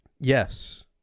Yes